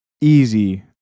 easy